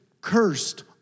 cursed